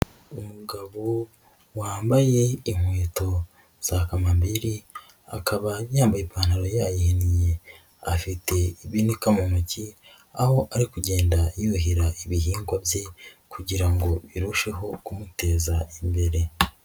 Umugabo wambaye inkweto za kamabiri, akaba yambaye ipantaro yayihinnye, afite ibinika mu ntoki, aho ari kugenda yuhira ibihingwa bye kugira ngo birusheho kumuteza imbere.